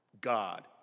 God